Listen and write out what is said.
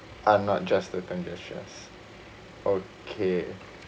I'm not just adventitious okay